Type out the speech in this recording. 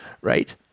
right